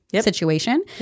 situation